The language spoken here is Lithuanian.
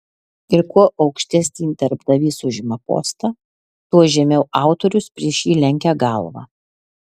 ir kuo aukštesnį darbdavys užima postą tuo žemiau autorius prieš jį lenkia galvą